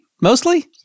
Mostly